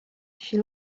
she